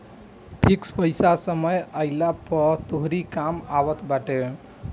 fix पईसा समय आईला पअ तोहरी कामे आवत बाटे